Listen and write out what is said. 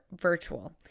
virtual